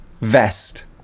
Vest